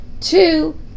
Two